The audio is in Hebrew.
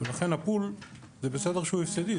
לכן הפול זה בסדר שהוא הפסדי.